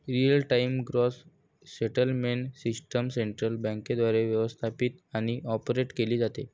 real time gross settlement system central बँकेद्वारे व्यवस्थापित आणि ऑपरेट केली जाते